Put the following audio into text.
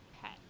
pet